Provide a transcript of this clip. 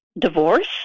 Divorce